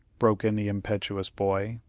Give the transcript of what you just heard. broke in the impetuous boy.